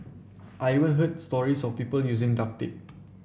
I even heard stories of people using duct tape